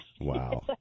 Wow